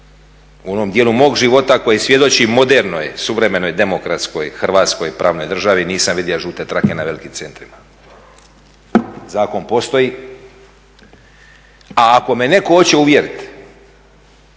u onom djelu mogu života koji svjedoči modernoj, suvremenoj demokratskoj Hrvatskoj pravnoj državi nisam vidio žute trake na velikim centrima. Zakon postoji a ako me neko hoće uvjeriti